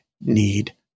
need